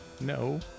No